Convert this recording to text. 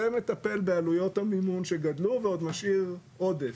זה מטפל בעלויות המימון שגדלו ועוד משאיר עודף.